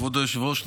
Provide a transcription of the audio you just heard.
כבוד היושב-ראש,